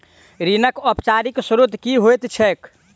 ऋणक औपचारिक स्त्रोत की होइत छैक?